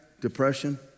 depression